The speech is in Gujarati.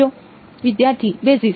વિદ્યાર્થી બેસિસ